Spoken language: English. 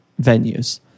venues